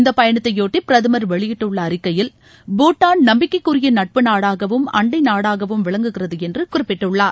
இந்த பயணத்தையொட்டி பிரதமர் வெளியிட்டுள்ள அறிக்கையில் பூட்டான் நம்பிக்கைக்குரிய நட்பு நாடாகவும் அண்டை நாடாகவும் விளங்குகிறது என்று குறிப்பிட்டுள்ளளார்